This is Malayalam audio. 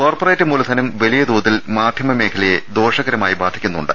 കോർപറേറ്റ് മൂലധനം വലിയതോതിൽ മാധ്യമമേഖലയെ ദോഷകരമായി ബാധിക്കുന്നു ണ്ട്